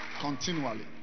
Continually